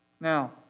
Now